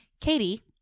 Katie